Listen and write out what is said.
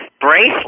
bracelet